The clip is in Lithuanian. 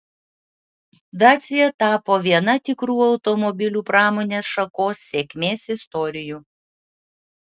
dacia tapo viena tikrų automobilių pramonės šakos sėkmės istorijų